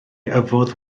yfodd